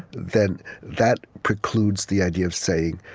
then that precludes the idea of saying,